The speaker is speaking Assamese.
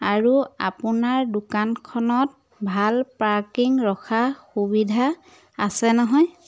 আৰু আপোনাৰ দোকানখনত ভাল পাৰ্কিং ৰখা সুবিধা আছে নহয়